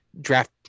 draft